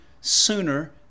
sooner